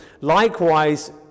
Likewise